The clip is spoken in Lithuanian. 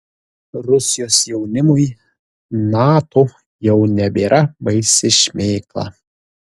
rusijos jaunimui nato jau nebėra baisi šmėkla